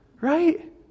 right